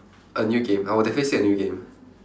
a new game I would definitely say a new game